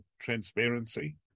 transparency